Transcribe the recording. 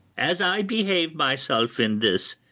as i behave myself in this,